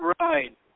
Right